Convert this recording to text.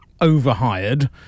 overhired